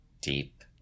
deep